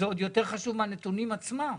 זה עוד יותר חשוב מהנתונים עצמם.